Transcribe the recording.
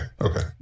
Okay